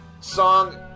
song